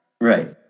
Right